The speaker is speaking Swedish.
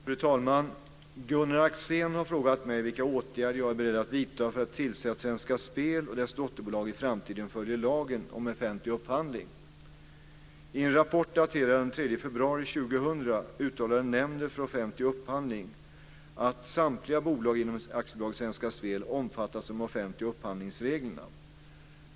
Fru talman! Gunnar Axén har frågat mig vilka åtgärder jag är beredd att vidta för att tillse att Svenska Spel och dess dotterbolag i framtiden följer lagen om offentlig upphandling. Nämnden för offentlig upphandling att samtliga bolag inom AB Svenska Spel omfattas av de offentliga upphandlingsreglerna.